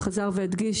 חזר והדגיש,